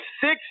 six